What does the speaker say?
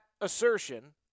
assertion